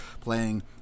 playing